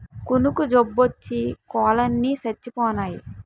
కునుకు జబ్బోచ్చి కోలన్ని సచ్చిపోనాయి